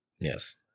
yes